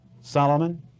Solomon